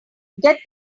get